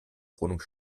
wohnung